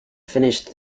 finished